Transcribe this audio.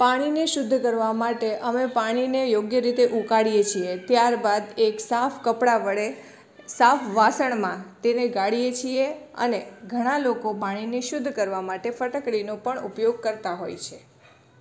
પાણીને શુદ્ધ કરવા માટે અમે પાણીને યોગ્ય રીતે ઉકાળીએ છીએ ત્યારબાદ એક સાફ કપડાં વડે સાફ વાસણમાં તેને ગાળીએ છીએ અને ઘણાં લોકો પાણીને શુદ્ધ કરવા માટે ફટકડીનો પણ ઉપયોગ કરતા હોય છે